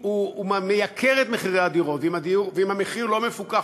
מייקר את הדירות ואם המחיר לא מפוקח,